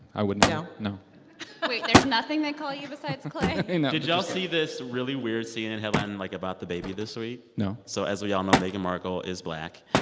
i would not no? no wait. there's nothing they call you besides and clay? no did y'all see this really weird cnn headline, like, about the baby this week? no so as we all know, meghan markle is black.